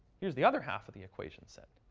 here's the other half of the equation set.